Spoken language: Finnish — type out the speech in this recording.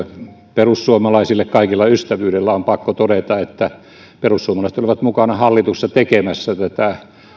perussuomalaisille kaikella ystävyydellä on pakko todeta että perussuomalaiset olivat mukana hallituksessa tekemässä tätä